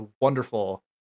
wonderful